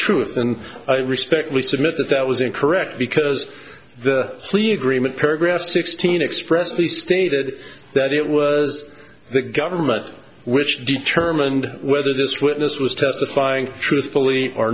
truth and i respectfully submit that that was incorrect because the paragraph sixteen expressly stated that it was the government which determined whether this witness was testifying truthfully